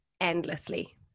Endlessly